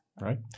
right